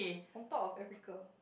on top of Africa